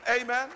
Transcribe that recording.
Amen